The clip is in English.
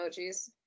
emojis